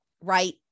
Right